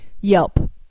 Yelp